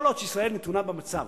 כל עוד ישראל נתונה במצב